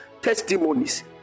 testimonies